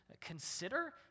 consider